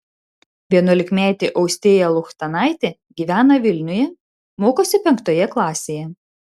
vienuolikmetė austėja luchtanaitė gyvena vilniuje mokosi penktoje klasėje